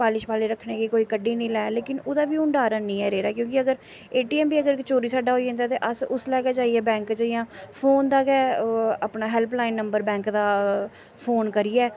छपाली छपाली रक्खने कि कोई कड्ढी निं लै लेकिन ओह्दा बी हून कोई डर हैनी ऐ रेह्दा क्योंकि ए टी एम बी अगर चोरी साड्ढा होई जांदा ते अस उसलै गै जाइयै बैंक च जियां फोन दा गै अपना हैल्प लाइन नम्बर बैंक दा फोन करियै